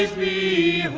be